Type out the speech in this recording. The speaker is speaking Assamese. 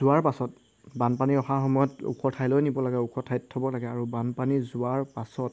যোৱাৰ পাছত বানপানী অহাৰ সময়ত ওখ ঠাইলৈ নিব লাগে ওখ ঠাইত থ'ব লাগে আৰু বানপানী যোৱাৰ পাছত